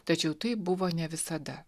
tačiau taip buvo ne visada